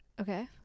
Okay